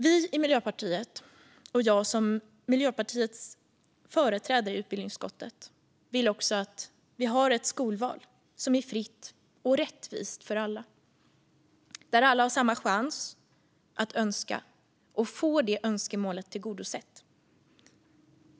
Vi i Miljöpartiet och jag som Miljöpartiets företrädare i utbildningsutskottet vill också att vi har ett skolval som är fritt och rättvist för alla, där alla har samma chans att önska och få det önskemålet tillgodosett.